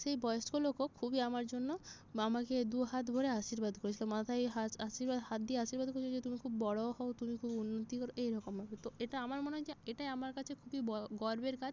সেই বয়স্ক লোকও খুবই আমার জন্য বা আমাকে দু হাত ভরে আশীর্বাদ করেছিল মাথায় হাত আশীর্বাদের হাত দিয়ে আশীর্বাদ করেছিল যে তুমি খুব বড় হও তুমি খুব উন্নতি কর এই রকমভাবে তো এটা আমার মনে হয় যে এটাই আমার কাছে খুবই গর্বের কাজ